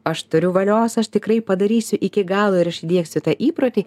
aš turiu valios aš tikrai padarysiu iki galo ir aš įdiegsiu tą įprotį